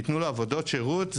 יתנו לו עבודות שירות?